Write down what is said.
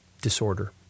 disorder